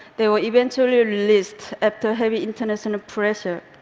they were eventually released, after heavy international pressure.